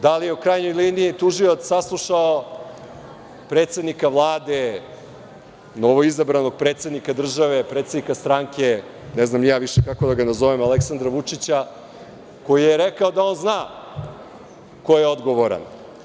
Da li je u krajnjoj liniji tužilac saslušao predsednika Vlade, novo izabranog predsednika države, predsednika strane, ne znam ni ja više kako da ga nazovem, Aleksandra Vučića, koji je rekao da on zna ko je odgovoran.